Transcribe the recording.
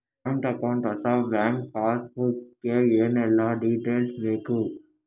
Joint account ಹೊಸ bank passbook ಗೆ ಏನೆಲ್ಲ ಡೀಟೇಲ್ಸ್ ಬೇಕು?